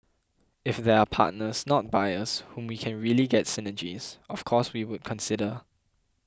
if there are partners not buyers whom we can really get synergies of course we would consider